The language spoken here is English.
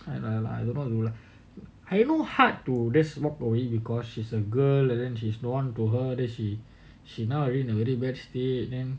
I know lah I don't know you lah I know hard to just walk away because she is a girl and then she she don't want to her then she she now in a very bad state then